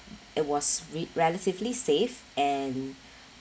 it was re~ relatively safe and